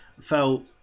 felt